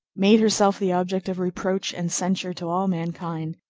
made herself the object of reproach and censure to all mankind,